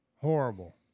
Horrible